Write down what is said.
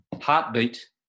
heartbeat